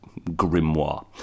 grimoire